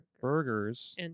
burgers